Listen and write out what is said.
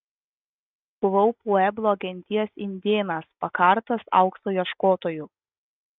buvau pueblo genties indėnas pakartas aukso ieškotojų